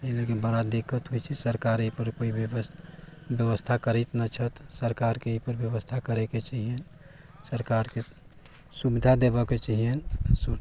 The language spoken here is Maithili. ई लेकिन बड़ा दिक्कत होइ छै सरकार एहिपर कोइ व्य व्यवस्था करैत नहि छथि सरकारकेँ एहिपर व्यवस्था करयके चाहियनि सरकारकेँ सुविधा देबयके चाहियनि